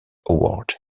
award